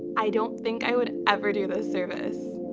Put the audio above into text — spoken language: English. i don't think i would ever do this service.